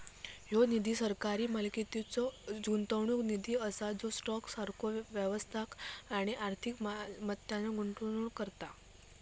ह्यो निधी सरकारी मालकीचो गुंतवणूक निधी असा जो स्टॉक सारखो वास्तविक आणि आर्थिक मालमत्तांत गुंतवणूक करता